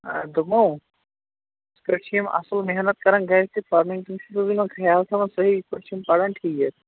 آ دوٚپمو یِتھٕ پٲٹھۍ چھِ یِم اَصٕل محنت کَران گَرِ تہِ پنٕنۍ کِنۍ چھُس بہٕ یِمَن خیال تھاوان صحیح یِتھٕ پٲٹھۍ چھِ یِم پران ٹھیٖک